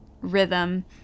rhythm